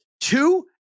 two